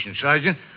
Sergeant